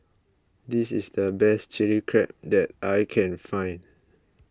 this is the best Chili Crab that I can find